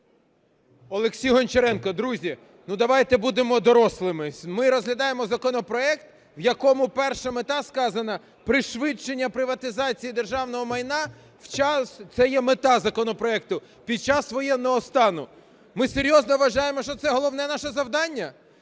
Олексій Гончаренко. Друзі, ну, давайте будемо дорослими. Ми розглядаємо законопроект, в якому перша мета сказана: пришвидшення приватизації державного майна, це є мета законопроекту, під час воєнного стану. Ми серйозно вважаємо, що це головне наше завдання?